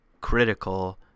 critical